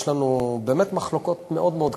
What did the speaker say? יש לנו באמת מחלוקות מאוד מאוד קשות.